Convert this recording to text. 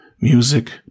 music